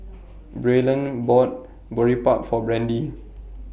Braylen bought Boribap For Brandy